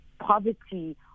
poverty